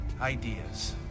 ideas